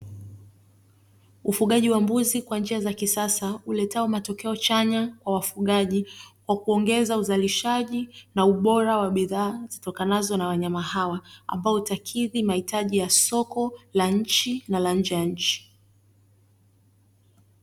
Ufugaji wa mbuzi kwa njia za kisasa uletao matokeo chanya kwa wafugaji, kwa kuongeza uzalishaji, na ubora wa bidhaa, zitokanazo na wanyama hawa, ambao utakidhi mahitaji ya soko la nchi na la nje ya nchi .